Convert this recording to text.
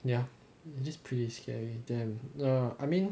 ya just pretty scary then err I mean